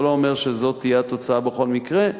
זה לא אומר שזו תהיה התוצאה בכל מקרה,